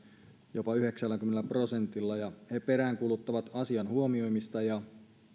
jopa yhdeksälläkymmenellä prosentilla ja he peräänkuuluttavat asian huomioimista ja